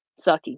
sucky